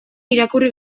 irakurri